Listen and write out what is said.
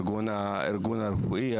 הארגון הרפואי,